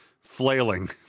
flailing